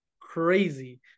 crazy